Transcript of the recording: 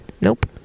nope